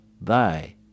thy